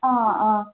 অঁ অঁ